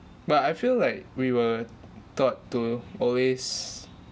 but I feel like we were taught to always